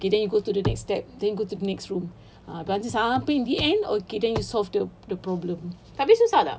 okay then you go to the next step then go to the next room ah then sampai the end okay then you solve the the problem